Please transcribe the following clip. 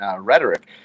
rhetoric